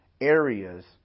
areas